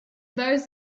those